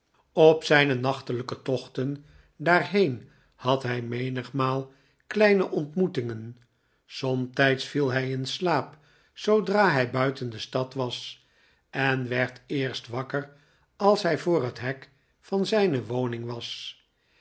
op zijne nachtelyke tochten daarheen had hij menigmaal kleine ontmoetingen somtijds viel hij in slaap zoodra hij buiten de stad was en werd eerst wakker als hij voor het hek van zijne woning was